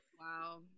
Wow